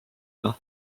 üle